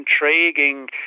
intriguing